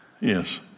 Yes